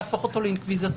להפוך אותו לאינקוויזיטורי,